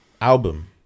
album